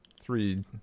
three